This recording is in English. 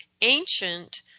ancient